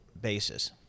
basis